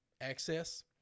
access